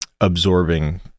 absorbing